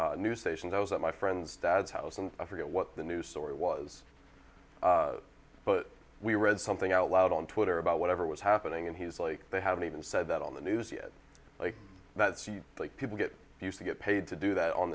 the news stations i was at my friend's dad's house and i forget what the news story was but we read something out loud on twitter about whatever was happening and he's like they haven't even said that on the news yet like that's like people get used to get paid to do that on